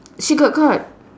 she got caught